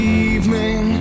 evening